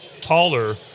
taller